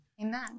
Amen